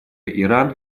иран